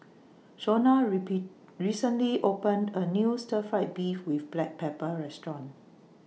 Shonna repeat recently opened A New Stir Fried Beef with Black Pepper Restaurant